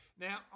Now